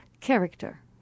character